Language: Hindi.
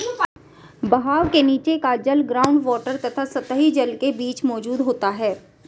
बहाव के नीचे का जल ग्राउंड वॉटर तथा सतही जल के बीच मौजूद होता है